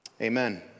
Amen